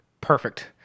Perfect